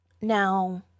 Now